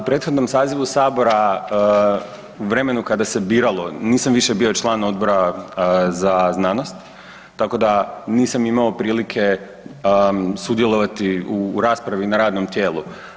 U prethodnom sazivu Sabora u vremenu kada se biralo nisam više bio član Odbora za znanost, tako da nisam imao prilike sudjelovati u raspravi na radnom tijelu.